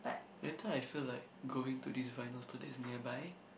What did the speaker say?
everytime I feel like going to these vinyl stores that is nearby